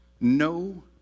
no